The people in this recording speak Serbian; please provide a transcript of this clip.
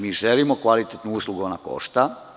Mi želimo kvalitetnu uslugu, a ona košta.